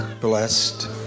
blessed